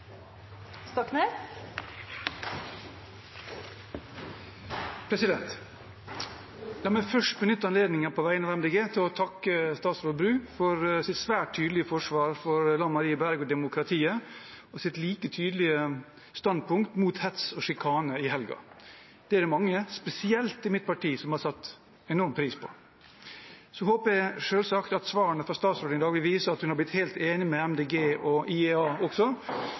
Stoknes til statsministeren, er overført til olje- og energiministeren. La meg først benytte anledningen på vegne av Miljøpartiet De Grønne til å takke statsråd Bru for hennes svært tydelige forsvar for Lan Marie Berg og demokratiet og hennes like tydelige standpunkt mot hets og sjikane i helgen. Det er mange, spesielt i mitt parti, som har satt enormt pris på det. Så håper jeg selvsagt at svarene fra statsråden i dag viser at hun er helt enig med MDG og IEA også…